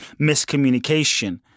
miscommunication